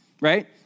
right